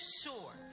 sure